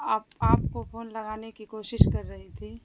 آپ آپ کو فون لگانے کی کوشش کر ہی تھی